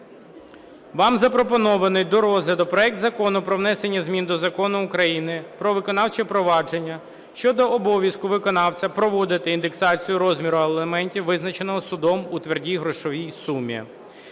Вам запропонований до розгляду проект Закону про внесення змін до Закону України "Про виконавче провадження" (щодо обов'язку виконавця проводити індексацію розміру аліментів, визначеного судом у твердій грошовій сумі).